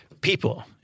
people